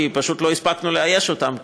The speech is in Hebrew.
כי פשוט לא הספקנו לאייש אותם,